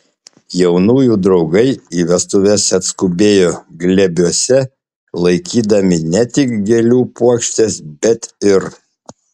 jaunųjų draugai į vestuves atskubėjo glėbiuose laikydami ne tik gėlių puokštes bet ir